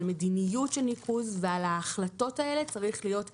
על מדיניות של ניקוז ועל ההחלטות האלה צריך להיות שר,